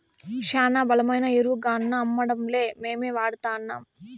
శానా బలమైన ఎరువుగాన్నా అమ్మడంలే మేమే వాడతాన్నం